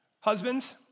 Husbands